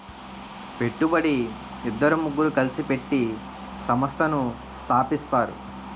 పెట్టుబడి ఇద్దరు ముగ్గురు కలిసి పెట్టి సంస్థను స్థాపిస్తారు